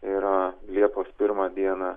yra liepos pirmą dieną